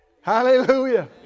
Hallelujah